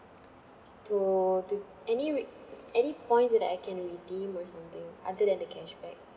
to to any re~ any points that I can redeem or something other than the cashback